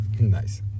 Nice